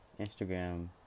Instagram